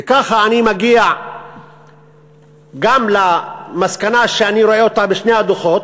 וככה אני מגיע גם למסקנה שאני רואה בשני הדוחות: